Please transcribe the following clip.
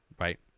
right